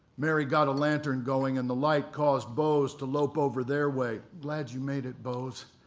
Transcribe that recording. marry got a lantern going and the light caused bose to lope over their way. glad you made it, bose,